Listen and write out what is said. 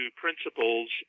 principles